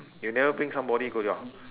you never bring somebody go your